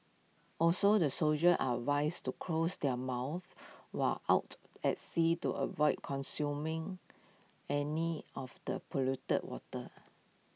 also the soldier are advised to close their mouths while out at sea to avoid consuming any of the polluted water